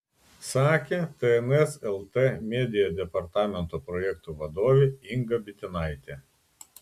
sakė tns lt media departamento projektų vadovė inga bitinaitė